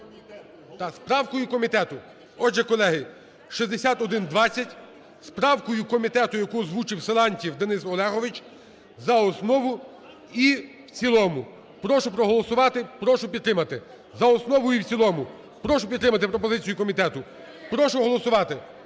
з правкою комітету. Отже, колеги, 6120 з правкою комітету, яку озвучив Силантьєв Денис Олегович, за основу і в цілому. Прошу проголосувати. Прошу підтримати. За основу і в цілому. Прошу підтримати пропозицію комітету. Прошу голосувати.